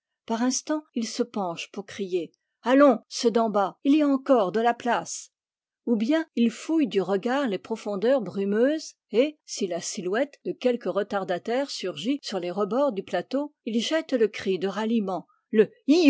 par instants il se penche pour crier allons ceux d'en bas il y a encore de la place ou bien il fouille du regard les profondeurs brumeuses et si la silhouette de quelque retardataire surgit sur les rebords du plateau il jette le cri de ralliement le